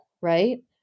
Right